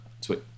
sweet